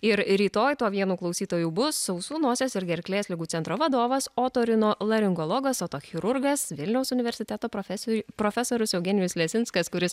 ir rytoj tuo vienu klausytoju bus ausų nosies ir gerklės ligų centro vadovas otorinolaringologas otochirurgas vilniaus universiteto profesoriui profesorius eugenijus lesinskas kuris